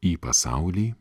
į pasaulį